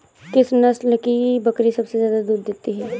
किस नस्ल की बकरी सबसे ज्यादा दूध देती है?